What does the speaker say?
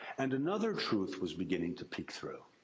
and another truth was beginning to peek through.